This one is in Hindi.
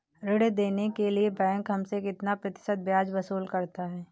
ऋण देने के लिए बैंक हमसे कितना प्रतिशत ब्याज वसूल करता है?